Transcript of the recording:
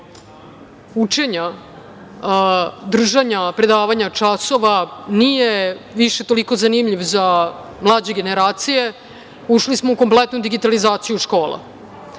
učenja, držanja predavanja, časova, nije više toliko zanimljiv za mlađe generacije, ušli smo u kompletnu digitalizaciju škola. Znate,